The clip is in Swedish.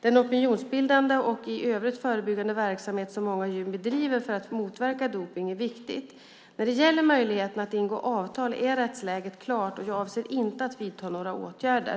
Den opinionsbildande och övriga förebyggande verksamhet som många gym bedriver för att motverka dopning är viktig. När det gäller möjligheten att ingå avtal är rättsläget klart och jag avser inte att vidta några åtgärder.